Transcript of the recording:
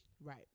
right